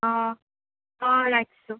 অঁ অঁ ৰাখিছো